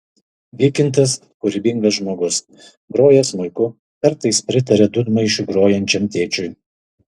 vykintas kūrybingas žmogus groja smuiku kartais pritaria dūdmaišiu grojančiam tėčiui